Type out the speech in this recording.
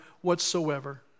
whatsoever